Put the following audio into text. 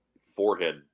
forehead